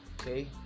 okay